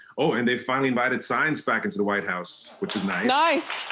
oh, and they finally invited science back into the white house, which is nice. nice.